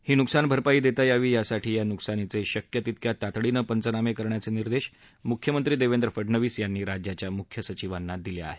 ही नुकसान भरपाई देता यावी यासाठी या नुकसानीचे शक्य तितक्या तातडीनं पंचनामे करण्याचे निर्देश मुख्यमंत्री देवेंद्र फडणवीस यांनी राज्याच्या मुख्य सचिवांना दिले आहेत